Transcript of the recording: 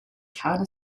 cana